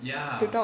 ya